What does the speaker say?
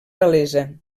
gal·lesa